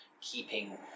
keeping